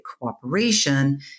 cooperation